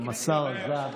גם השר עזב.